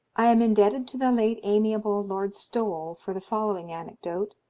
i am indebted to the late amiable lord stowell for the following anecdote,